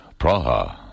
Praha